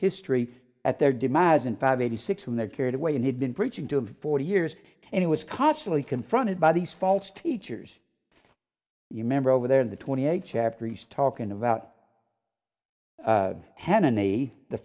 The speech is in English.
history at their demise in five eighty six when they carried away and he'd been preaching to forty years and it was constantly confronted by these false teachers you remember over there in the twenty eighth chapter east talking about hannan the